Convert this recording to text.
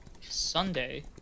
Sunday